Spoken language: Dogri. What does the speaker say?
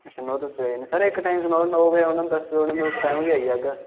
अच्छा नौ दस्स बजे आई जाना सर इक टाइम सनाओ नौ बजे औना दस्स बजे औना में उस टाइम गै आई जाह्गा